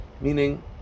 Meaning